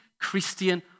Christian